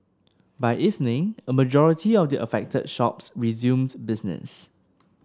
by evening a majority of the affected shops resumed business